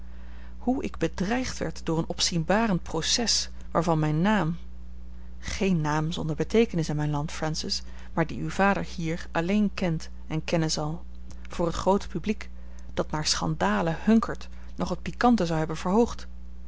hoe ik bedreigd werd door een opzienbarend proces waarvan mijn naam geen naam zonder beteekenis in mijn land francis maar dien uw vader hier alleen kent en kennen zal voor het groote publiek dat naar schandalen hunkert nog het piquante zou hebben verhoogd